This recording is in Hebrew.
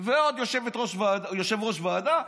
ועוד יושב-ראש ועדה,